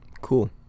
cool